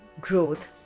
growth